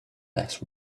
less